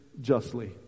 justly